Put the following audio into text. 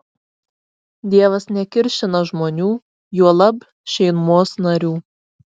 dievas nekiršina žmonių juolab šeimos narių